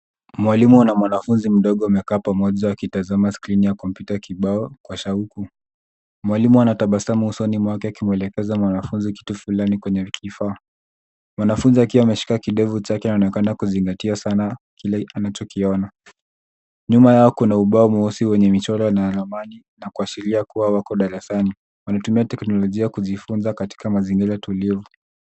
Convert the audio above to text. Mwalimu ana mwanafunzi mdogo, wamekaa pamoja wakitazama skrini ya kompyuta kibao kwa shauku. Mwalimu anatabasamu usoni mwake akimwelekeza mwanafunzi kitu fulani kwenye kifaa. Mwanafunzi akiwa ameshika kidevu chake anaonekana kuzingatia sana kile anachokiona. Nyuma yao kuna ubao mweusi wenye michoro ya ramani kuashiria kuwa wako darasani. Wanatumia teknolojia kujifunza katika mazingira tulivu.